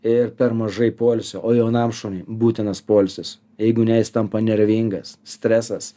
ir per mažai poilsio o jaunam šuniui būtinas poilsis jeigu ne jis tampa nervingas stresas